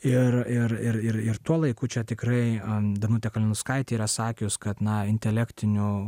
ir ir ir ir tuo laiku čia tikrai am danutė kalinauskaitė yra sakius kad na intelektinių